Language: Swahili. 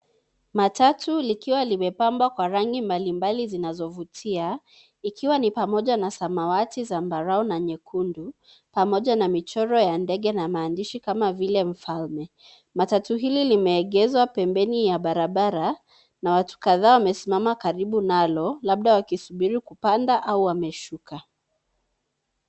Matatu likiwa limepambwa kwa rangi mbalimbali zinazovutia ikiwa ni pamoja na samawati, zambarau na nyekundu pamoja na michoro ya ndege na maandishi kama vile mfalme. Matatu hili limeegezwa pembeni ya barabara na watu kadhaa wamesimama karibu nalo labda wakisubiri kupanda au wameshuka.